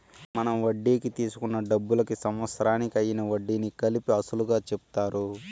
మనం వడ్డీకి తీసుకున్న డబ్బులకు సంవత్సరానికి అయ్యిన వడ్డీని కలిపి అసలుగా చెప్తారు